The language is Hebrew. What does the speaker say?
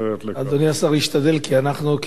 אדוני השר ישתדל, כי אנחנו ככנסת,